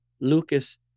Lucas